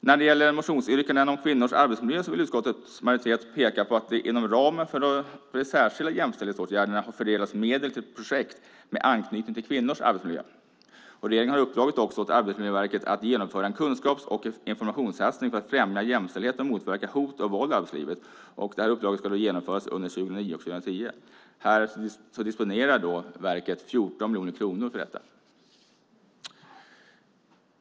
När det gäller motionsyrkanden om kvinnors arbetsmiljö vill utskottets majoritet peka på att det inom ramen för de särskilda jämställdhetsåtgärderna har fördelats medel till projekt med anknytning till kvinnors arbetsmiljö. Regeringen har också uppdragit åt Arbetsmiljöverket att genomföra en kunskaps och informationssatsning för att främja jämställdhet och motverka hot och våld i arbetslivet. Det här uppdraget ska genomföras under 2009 och 2010. Verket disponerar 14 miljoner kronor för detta.